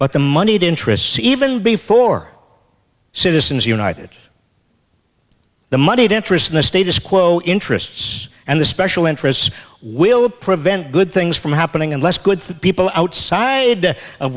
but the moneyed interests even before citizens united the moneyed interests in the status quo interests and the special interests will prevent good things from happening unless good people outside of